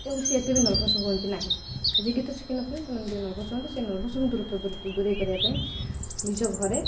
ଏବଂ ସେ ଏତେ ବି ନର୍ଭସ୍ ହୁଅନ୍ତି ନାହିଁ ଯେ ଗୀତ ଶୁଖିନଥିବେ ସେମାନେ ଟିକେ ନର୍ଭସ୍ ହୁଅନ୍ତି ସେ ନର୍ଭସକୁ ଦୂରେଇ କରିବା ପାଇଁ ନିଜ ଘରେ